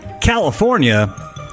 California